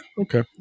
Okay